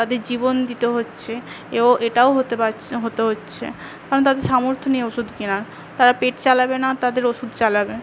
তাদের জীবন দিতে হচ্ছে এও এটাও হতে পারছে হতে হচ্ছে কারণ তাদের সামর্থ্য নেই ওষুধ কেনার তারা পেট চালাবে না তাদের ওষুধ চালাবে